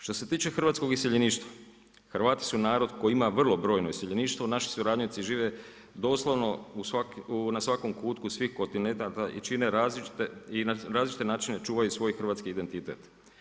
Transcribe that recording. Što se tiče hrvatskog iseljeništva, Hrvati su narod koji ima vrlo brojno iseljeništvo, naši radnici žive doslovno na svakom kutku svih kontinenata i čine različite, i na različite načine čuvaju svoj hrvatski identitet.